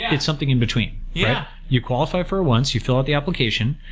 it's something in between. yeah you qualify for it once. you fill out the application.